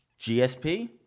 GSP